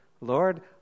Lord